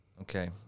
Okay